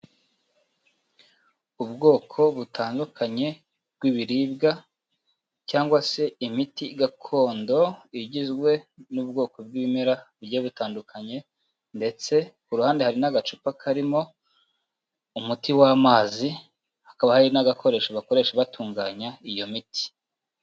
Ubwoko butandukanye bw'ibiribwa cyangwa se imiti gakondo igizwe n'ubwoko bw'ibimera bigiye bitandukanye, ndetse ku ruhande hari n'agacupa karimo umuti w'amazi, hakaba hari n'agakoresho bakoresha batunganya iyo miti.